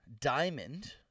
diamond